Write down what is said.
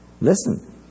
Listen